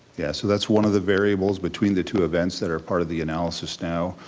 yeah, so that's one of the variables between the two events that are part of the analysis now.